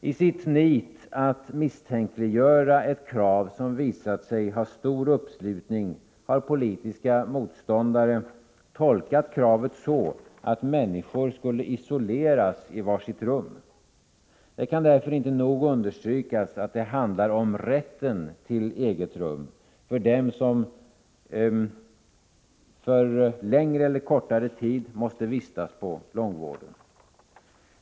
I sitt nit att misstänkliggöra ett krav som visat sig ha stor uppslutning har politiska motståndare tolkat kravet så att människor skall isoleras i var sitt rum. Det kan därför inte nog understrykas att det handlar om rätten till eget rum för dem som för längre eller kortare tid måste vistas inom långvården.